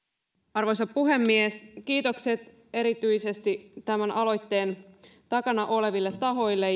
arvoisa puhemies kiitokset erityisesti tämän aloitteen takana oleville tahoille